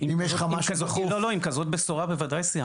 עם כזאת בשורה בוודאי שסיימתי.